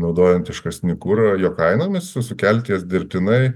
naudojant iškastinį kurą jo kainomis sukelti jas dirbtinai